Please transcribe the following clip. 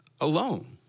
alone